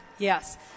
Yes